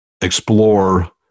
explore